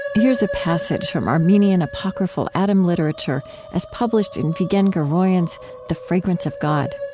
here's a passage from armenian apocryphal adam literature as published in vigen guroian's the fragrance of god